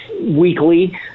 weekly